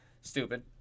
stupid